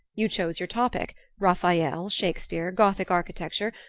you chose your topic raphael, shakespeare, gothic architecture,